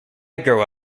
grow